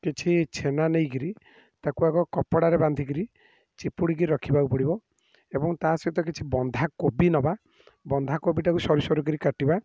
କିଛି ଛେନା ନେଇକରି ତାକୁ ଆଗ କପଡ଼ାରେ ବାନ୍ଧିକିରି ଚିପୁଡ଼ିକି ରଖିବାକୁ ପଡ଼ିବ ଏବଂ ତା ସହିତ କିଛି ବନ୍ଧାକୋବି ନେବା ବନ୍ଧାକୋବିଟାକୁ ସରୁ ସରୁ କରି କାଟିବା